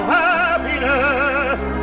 happiness